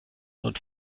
und